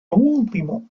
último